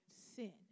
sin